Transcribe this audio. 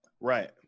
right